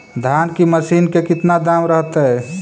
धान की मशीन के कितना दाम रहतय?